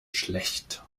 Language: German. schlecht